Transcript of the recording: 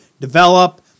develop